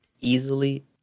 Easily